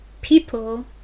people